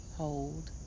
hold